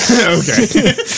Okay